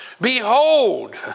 behold